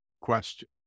question